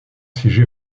siégé